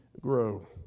grow